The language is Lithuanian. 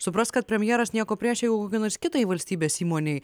suprask kad premjeras nieko prieš jeigu kokiai nors kitai valstybės įmonei